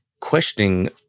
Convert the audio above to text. questioning